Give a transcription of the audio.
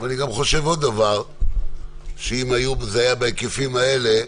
אני חושב עוד דבר, אם זה היה בהיקפים האלה,